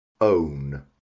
Own